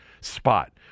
spot